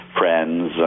friends